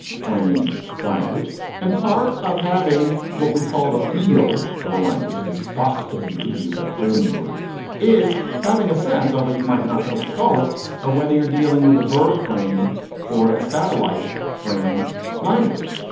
framed language and part of having what we call the feel of a language. this possible fuel to use that german word is having a sense, although you might not know what to call it or whether you're dealing with a verb framed or a satellite framed language.